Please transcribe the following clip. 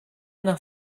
nach